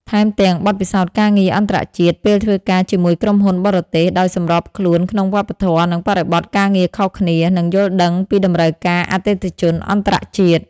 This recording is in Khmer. ថែមទាំង បទពិសោធន៍ការងារអន្តរជាតិ ពេលធ្វើការជាមួយក្រុមហ៊ុនបរទេស ដោយសម្របខ្លួនក្នុងវប្បធម៌និងបរិបទការងារខុសគ្នា និងយល់ដឹងពីតម្រូវការអតិថិជនអន្តរជាតិ។